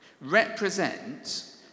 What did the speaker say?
represent